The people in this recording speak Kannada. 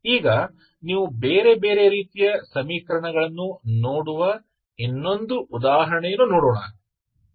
ಈಗ ನೀವು ಬೇರೆ ಬೇರೆ ರೀತಿಯ ಸಮೀಕರಣಗಳನ್ನು ನೋಡುವ ಇನ್ನೊಂದು ಉದಾಹರಣೆಯನ್ನು ನೋಡೋಣ